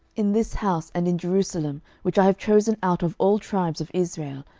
in this house, and in jerusalem, which i have chosen out of all tribes of israel,